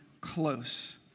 close